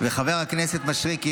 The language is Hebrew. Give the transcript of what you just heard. חבר הכנסת מישרקי,